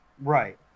Right